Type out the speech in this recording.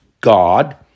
God